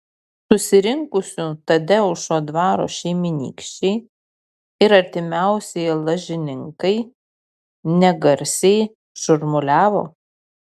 susirinkusių tadeušo dvaro šeimynykščiai ir artimiausieji lažininkai negarsiai šurmuliavo